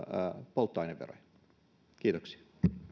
polttoaineveroja kiitoksia